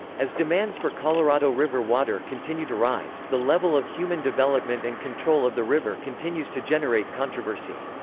as demands for colorado river water continue to rise, the level of human development and control of the river continues to generate controversy.